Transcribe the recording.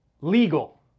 legal